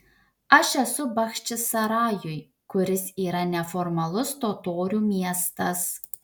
aš esu bachčisarajuj kuris yra neformalus totorių miestas